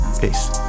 Peace